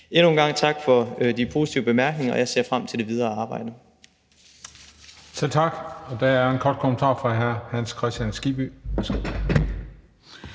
Endnu en gang tak for de positive bemærkninger. Og jeg ser frem til det videre arbejde. Kl. 10:28 Den fg. formand (Christian Juhl):